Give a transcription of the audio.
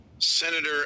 Senator